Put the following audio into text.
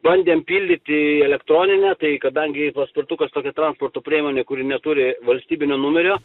bandėm pildyti elektroninę tai kadangi paspirtukas tokia transporto priemonė kuri neturi valstybinio numerio